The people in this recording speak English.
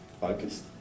focused